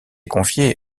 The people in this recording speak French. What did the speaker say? confiée